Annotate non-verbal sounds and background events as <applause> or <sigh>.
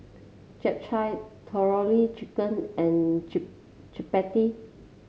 Japchae Tandoori Chicken and <unintelligible> Chapati